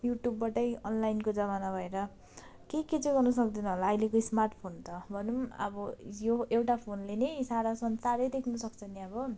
युट्युबबाटै अनलाइनको जमाना भएर के के चाहिँ गर्न सक्दैन होला अहिलेको स्मार्ट फोन त भनौँ अब यो एउटा फोनले नै सारा संसारै देख्नु सक्छ नि अब